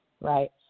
right